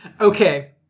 Okay